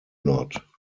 not